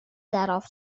darauf